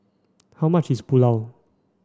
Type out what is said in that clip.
how much is Pulao